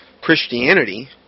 Christianity